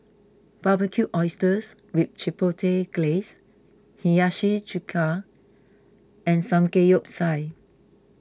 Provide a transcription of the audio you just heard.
Barbecued Oysters with Chipotle Glaze Hiyashi Chuka and Samgeyopsal